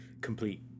complete